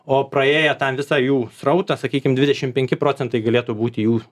o praėję tą visą jų srautą sakykim dvidešimt penki galėtų būti jų